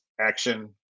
action